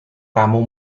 kamu